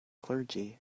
clergy